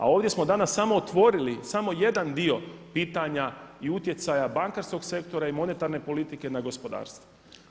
A ovdje smo danas samo otvorili samo jedan dio pitanja i utjecaja bankarskog sektora i monetarne politike na gospodarstvo.